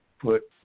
put